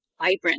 vibrant